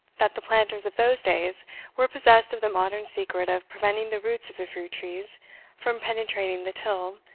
that the planters of those days were possessed of the modern secret of preventing the roots of the fruit-trees from penetrating the till,